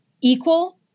equal